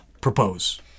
propose